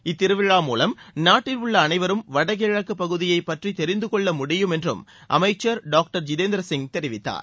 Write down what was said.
இத்திருவிழா மூலம் நாட்டில் உள்ள அனைவரும் வடகிழக்குப்பகுதியைப் பற்றி தெரிந்து கொள்ள முடியும் என்றும் அமைச்சர் டாக்டர் ஜிதேந்திர சிங் தெரிவித்தார்